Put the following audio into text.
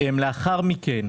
לאחר מכן,